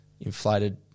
inflated